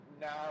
now